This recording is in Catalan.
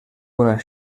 una